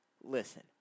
Listen